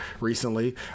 recently